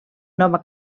nova